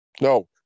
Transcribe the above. No